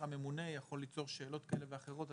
הממונה יכול ליצור שאלות כאלה ואחרות.